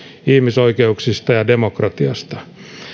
ihmisoikeuksista ja demokratiasta